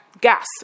gas